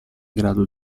grado